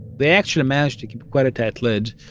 they actually managed to keep quite a tight lid,